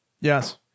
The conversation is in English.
Yes